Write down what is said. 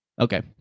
Okay